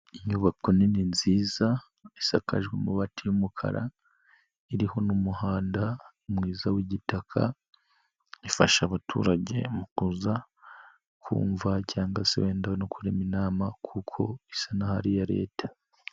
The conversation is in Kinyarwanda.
Inyubako nini nziza, isakaje amabati y'umukara, iriho n'umuhanda mwiza w'igitaka, ifasha abaturage mu kuza kumva cyangwa se wenda no kurema inama, kuko isa naho ari iya leta.